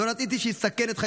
לא רציתי שיסכן את חייו.